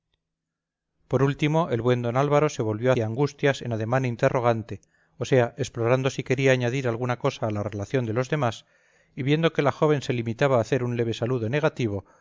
por último el buen d álvaro se volvió hacia angustias en ademán interrogante o sea explorando si quería añadir alguna cosa a la relación de los demás y viendo que la joven se limitaba a hacer un leve saludo negativo